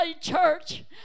Church